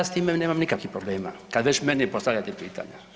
Ja s time nemam nikakvih problema, kad već meni postavljate pitanja.